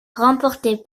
remporté